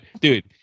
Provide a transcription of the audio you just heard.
Dude